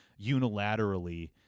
unilaterally